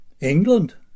England